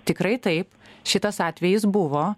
tikrai taip šitas atvejis buvo